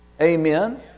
Amen